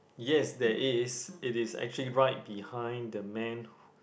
yes there is it is actually right behind the man